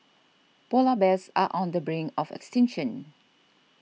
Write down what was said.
Polar Bears are on the brink of extinction